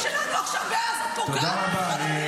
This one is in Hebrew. תודה רבה.